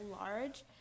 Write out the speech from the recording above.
large